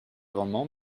amendement